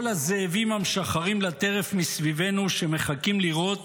הזאבים המשחררים לטרף מסביבנו שמחכים לראות